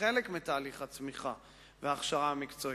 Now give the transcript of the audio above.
כחלק מתהליך הצמיחה וההכשרה המקצועית.